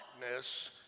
darkness